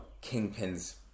kingpin's